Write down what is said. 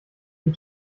wie